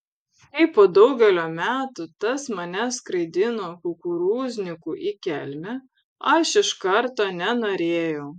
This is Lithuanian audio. kai po daugelio metų tas mane skraidino kukurūzniku į kelmę aš iš karto nenorėjau